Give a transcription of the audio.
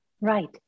Right